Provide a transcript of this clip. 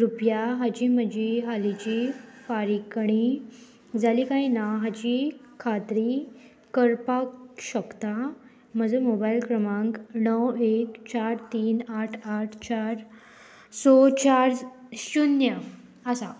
रुपया हाची म्हजी हालींची फारीकणी जाली काय ना हाची खात्री करपाक शकता म्हजो मोबायल क्रमांक णव एक चार तीन आठ आठ चार स चार शुन्य आसा